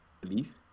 belief